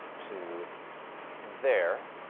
to there.